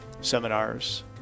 seminars